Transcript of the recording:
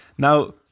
Now